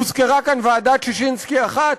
הוזכרה כאן ועדת ששינסקי 1,